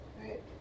right